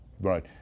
Right